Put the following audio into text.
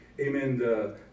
amen